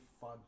fun